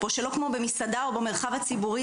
שלא כמו במסעדה או במרחב הציבורי.